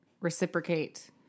reciprocate